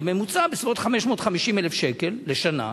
בממוצע בסביבות 550,000 שקל לשנה,